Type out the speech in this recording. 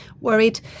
worried